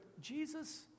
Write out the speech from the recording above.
Jesus